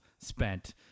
spent